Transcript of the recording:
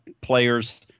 Players